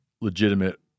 legitimate